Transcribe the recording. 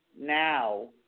now